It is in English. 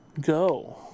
Go